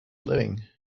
living